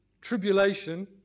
tribulation